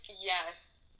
yes